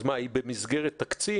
אז מה, היא במסגרת תקציב?